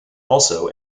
also